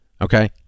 Okay